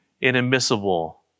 inadmissible